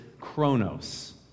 chronos